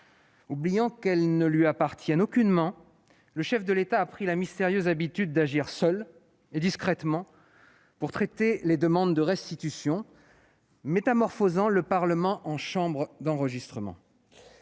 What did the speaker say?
Oubliant qu'elles ne lui appartiennent aucunement, le chef de l'État a pris la mystérieuse habitude d'agir seul et discrètement pour traiter les demandes de restitution, métamorphosant le Parlement en chambre d'enregistrement.